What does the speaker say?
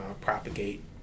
propagate